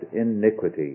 iniquity